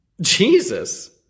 Jesus